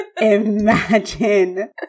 Imagine